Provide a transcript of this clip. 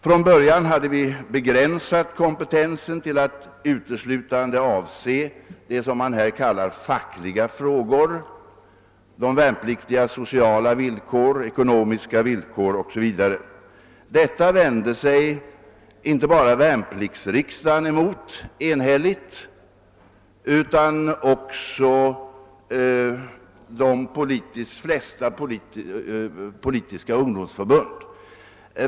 Från början hade vi begränsat kompetensen till att uteslutande avse det som man här kallar fackliga frågor, de värnpliktigas sociala och ekonomiska villkor osv. Detta vände sig inte bara värnpliktsriksdagen enhälligt emot utan också de flesta politiska ungdomsförbunden.